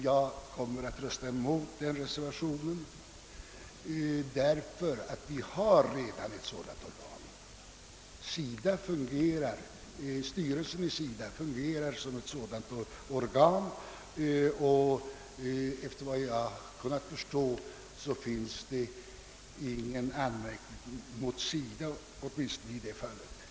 Jag kommer att rösta mot den reservationen av det enkla skälet att vi redan har ett sådant organ. Styrelsen för SIDA fungerar som ett sådant organ, och efter vad jag har kunnat förstå finns det i det avseendet ingen anmärkning att rikta mot SIDA.